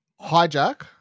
Hijack